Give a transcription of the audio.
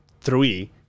three